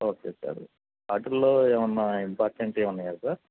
okay sir వాటిల్లో ఏమైనా ఇంపార్టెంటివి ఉన్నాయా సార్